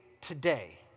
today